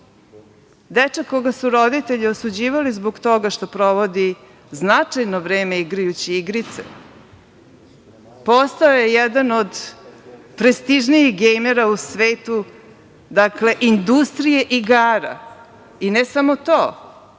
Dečak koga su roditelji osuđivali zbog toga što provodi značajno vreme igrajući igrice postao je jedan od prestižnijih gejmera u svetu, dakle, industrije igara i ne samo to.